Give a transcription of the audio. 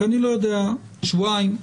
אני לא יודע אם מדובר בשבועיים,